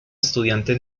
estudiante